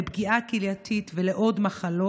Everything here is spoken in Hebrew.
לפגיעה כלייתית ולעוד מחלות,